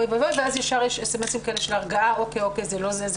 ואז מיד יש מסרונים של הרגעה: אוקיי, זה לא זה.